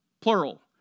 plural